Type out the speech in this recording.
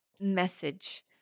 Message